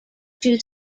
two